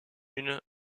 une